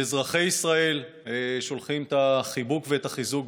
לאזרחי ישראל, שולחים את החיבוק ואת החיזוק.